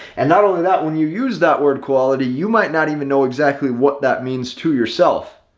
and not only that, when you use that word quality, you might not even know exactly what that means to yourself.